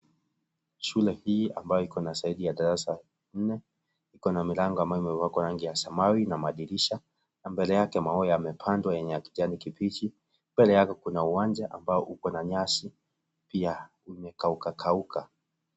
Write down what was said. Shule hii ambayo iko na zaidi ya darasa nne, iko na milango ambayo imepakwa rangi ya samawi na madirisha. Na mbele yake maua yamepandwa yenye ya kijani kibichi mbele yake kuna uwanja ambao uko na nyasi ya imekaukakauka.